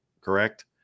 Correct